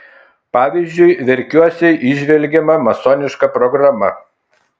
pavyzdžiui verkiuose įžvelgiama masoniška programa